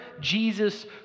Jesus